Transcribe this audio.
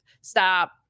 Stop